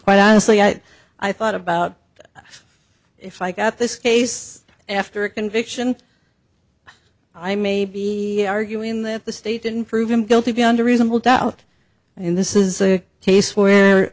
quite honestly i i thought about if i got this case after a conviction i may be arguing that the state didn't prove him guilty beyond a reasonable doubt and this is a case where